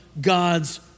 God's